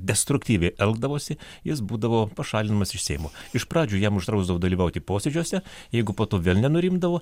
destruktyviai elgdavosi jis būdavo pašalinamas iš seimo iš pradžių jam uždrausdavo dalyvauti posėdžiuose jeigu po to vėl nenurimdavo